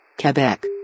Quebec